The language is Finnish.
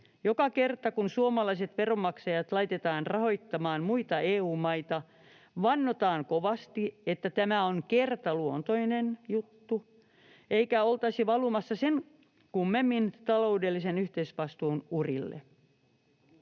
Joka kerta, kun suomalaiset veronmaksajat laitetaan rahoittamaan muita EU-maita, vannotaan kovasti, että tämä on kertaluontoinen juttu eikä oltaisi valumassa sen kummemmin taloudellisen yhteisvastuun urille.